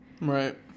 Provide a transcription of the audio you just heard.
Right